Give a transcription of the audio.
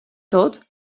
tot